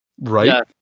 Right